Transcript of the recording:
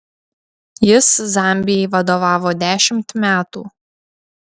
jis zambijai vadovavo dešimt metų